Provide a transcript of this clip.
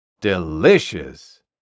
Delicious